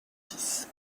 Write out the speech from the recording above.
dix